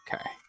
Okay